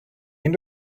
end